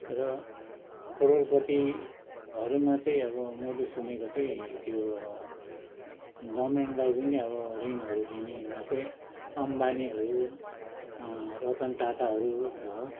र करोडपतिहरूमा चाहिँ अब मैले सुनेको चाहिँ त्यो गभर्नमेन्टलाई पनि अब ऋणहरू दिनेमा चाहिँ अम्बानीहरू रतन टाटाहरू हो